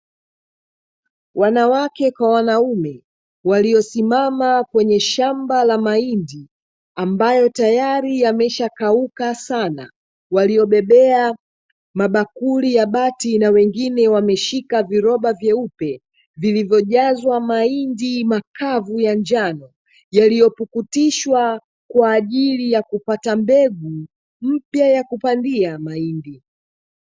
Wanawake kwa wanaume waliosimama kwenye shamba la mahindi, ambayo tayari yameshakauka sana, waliobebea mabakuli ya bati na wengine wameshika viroba vyeupe vilivyojazwa mahindi makavu ya njano, yaliyopukutishwa kwa ajili ya kupata mbegu mpya ya kupandia mahindi.